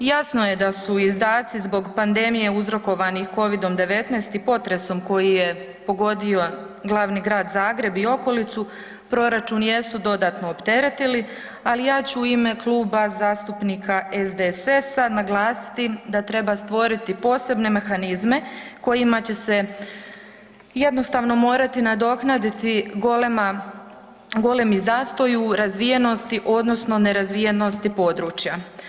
Jasno je da su izdaci zbog pandemije uzrokovanih Covidom-19 i potresom koji je pogodio glavi grad Zagreb i okolicu proračun jesu dodatno opteretili, ali ja ću u ime Kluba zastupnika SDSS-a naglasiti da treba stvoriti posebne mehanizme kojima će se jednostavno morati nadoknaditi golema, golemi zastoj u razvijenosti odnosno nerazvijenosti područja.